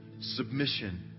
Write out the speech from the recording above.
submission